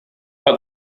but